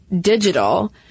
digital